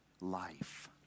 life